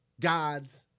God's